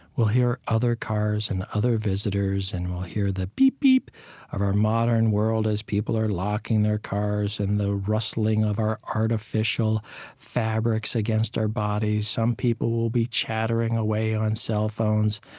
we'll hear other cars and other visitors, and we'll hear the beep-beep of our modern world as people are locking their cars and the rustling of our artificial fabrics against our bodies. some people will be chattering away on cell phones.